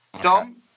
dom